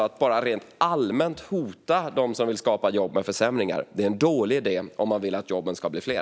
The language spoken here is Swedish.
Att rent allmänt hota dem som vill skapa jobb med försämringar tror jag är en dålig idé om man vill att jobben ska bli fler.